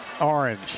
orange